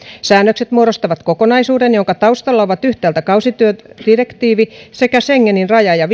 säännökset muodostavat kokonaisuuden jonka taustalla ovat yhtäältä kausityödirektiivi ja schengenin raja ja